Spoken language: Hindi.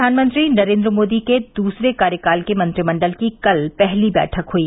प्रधानमंत्री नरेन्द्र मोदी के दूसरे कार्यकाल के मंत्रिमंडल की कल पहली बैठक हुई